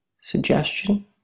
suggestion